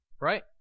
Right